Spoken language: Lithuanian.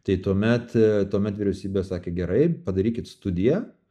tai tuomet tuomet vyriausybė sakė gerai padarykit studiją